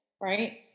right